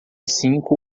cinco